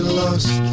lost